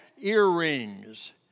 earrings